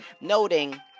noting